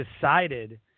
decided